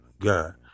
God